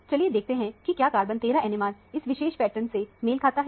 चलीये देखते हैं कि क्या कार्बन 13 NMR इस विशेष पैटर्न से मेल खाता है